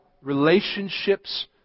relationships